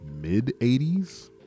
mid-80s